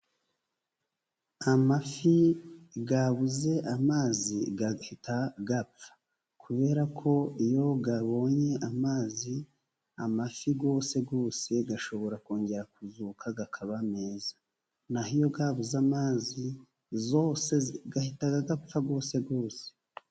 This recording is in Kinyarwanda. Amafi yabuze amazi ahita apfa, kubera ko iyo abonye amazi, amafi yose yose ashobora kongera kuzuka akaba meza, naho iyo yabuze amazi yose ahita apfa yose yose.